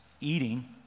eating